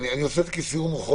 אותה אני רוצה להציל,